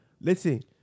listen